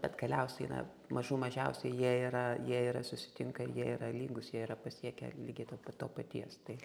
bet galiausiai na mažų mažiausiai jie yra jie yra susitinka ir jie yra lygūs jie yra pasiekę lygiai to p to paties tai